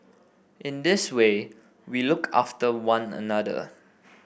in this way we look after one another